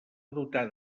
dotar